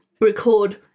record